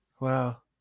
Wow